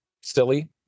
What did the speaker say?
silly